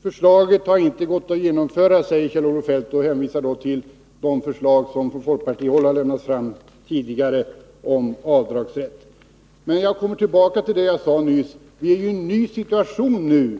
Herr talman! Förslaget har inte gått att genomföra, säger Kjell-Olof Feldt, och hänvisar till de förslag om avdragsrätt som från folkpartihåll har lagts fram tidigare. Men jag kommer tillbaka till det jag sade nyss: Det har uppstått en ny situation nu.